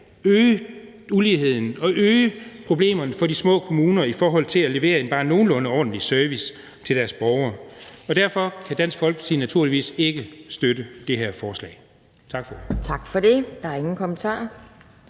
øge uligheden og øge problemerne for de små kommuner i forhold til at levere en bare nogenlunde ordentlig service til deres borgere, og derfor kan Dansk Folkeparti naturligvis ikke støtte det her forslag. Tak for ordet.